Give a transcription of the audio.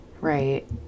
right